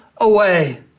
away